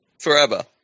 Forever